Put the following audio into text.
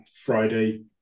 friday